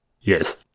Yes